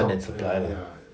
more demand than supply lah